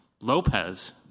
Lopez